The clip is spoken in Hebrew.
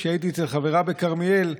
כשהייתי אצל חברה בכרמיאל,